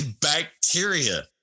bacteria